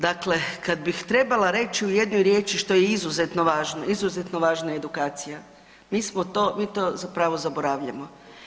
Dakle, kad bih trebala reći u jednoj riječi što je izuzetno važno, izuzetno je važna edukacije, mi ti zapravo zaboravljamo.